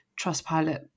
Trustpilot